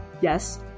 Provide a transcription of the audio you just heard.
Yes